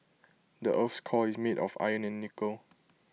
the Earth's core is made of iron and nickel